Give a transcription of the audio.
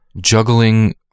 Juggling